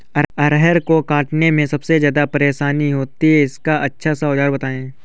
अरहर को काटने में सबसे ज्यादा परेशानी होती है इसका अच्छा सा औजार बताएं?